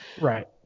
Right